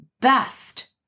best